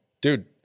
dude